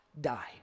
die